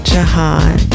Jahan